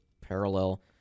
parallel